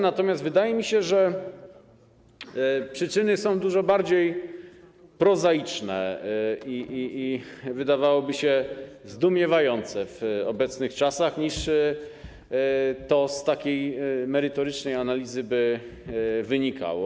Natomiast wydaje mi się, że przyczyny są dużo bardziej prozaiczne i, zdawałoby się, zdumiewające w obecnych czasach, niż to z takiej merytorycznej analizy by wynikało.